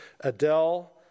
Adele